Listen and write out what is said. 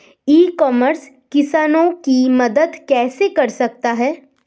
ई commerce किसानों की मदद कैसे कर सकता है?